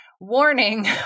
warning